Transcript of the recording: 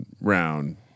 round